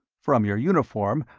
from your uniform,